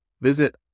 Visit